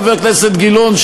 חבר הכנסת גילאון,